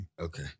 Okay